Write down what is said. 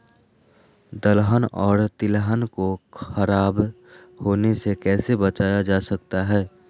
दलहन और तिलहन को खराब होने से कैसे बचाया जा सकता है?